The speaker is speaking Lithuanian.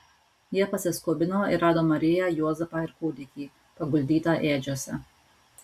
jie pasiskubino ir rado mariją juozapą ir kūdikį paguldytą ėdžiose